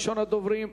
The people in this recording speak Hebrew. ראשון הדוברים,